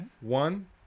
One